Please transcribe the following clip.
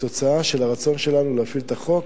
תוצאה של הרצון שלנו להפעיל את החוק